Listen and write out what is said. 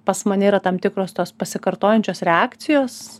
pas mane yra tam tikros tos pasikartojančios reakcijos